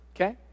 okay